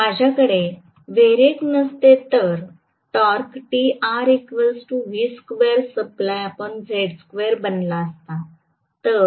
माझ्याकडे व्हेरिएक्स नसते तर टॉर्क बनला असता